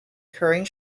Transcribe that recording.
occurring